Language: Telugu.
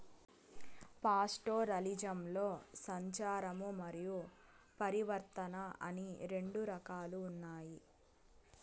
పాస్టోరలిజంలో సంచారము మరియు పరివర్తన అని రెండు రకాలు ఉన్నాయి